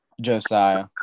Josiah